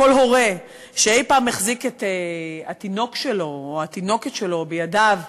כל הורה שאי-פעם החזיק את התינוק שלו או התינוקת שלו בידיו,